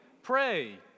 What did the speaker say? Pray